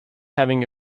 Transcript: having